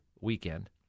weekend